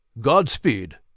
Godspeed